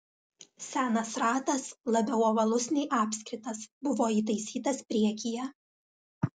senas ratas labiau ovalus nei apskritas buvo įtaisytas priekyje